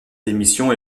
démission